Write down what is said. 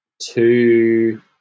two